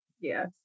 Yes